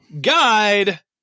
Guide